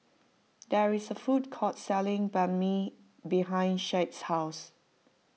there is a food court selling Banh Mi behind Shad's house